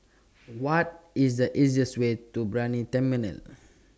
What IS The easiest Way to Brani Terminal